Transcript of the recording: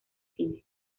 cine